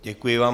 Děkuji vám.